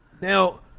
Now